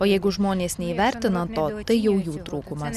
o jeigu žmonės neįvertina to tai jau jų trūkumas